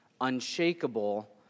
unshakable